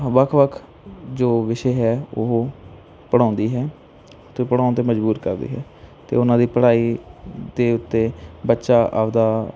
ਵੱਖ ਵੱਖ ਜੋ ਵਿਸ਼ੇ ਹੈ ਉਹ ਪੜ੍ਹਾਉਂਦੀ ਹੈ ਤੇ ਪੜ੍ਹਾਉਣ ਤੇ ਮਜਬੂਰ ਕਰਦੀ ਹੈ ਤੇ ਉਨ੍ਹਾਂ ਦੀ ਪੜ੍ਹਾਈ ਦੇ ਉੱਤੇ ਬੱਚਾ ਆਪਦਾ